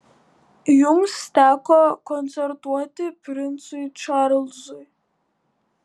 jums teko koncertuoti princui čarlzui